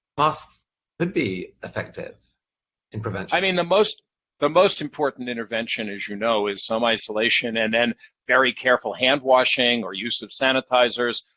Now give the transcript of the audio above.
masks could be effective in prevention. sb i mean, the most but most important intervention, as you know, is some isolation and and very careful handwashing or use of sanitizers,